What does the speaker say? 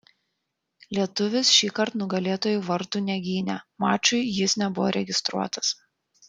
lietuvis šįkart nugalėtojų vartų negynė mačui jis nebuvo registruotas